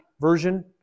version